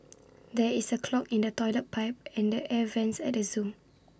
there is A clog in the Toilet Pipe and the air Vents at the Zoo